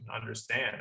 understand